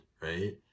right